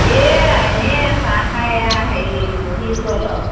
এয়া এনেই চাহ খাই এয়া হেৰি বহিছোঁ অলপ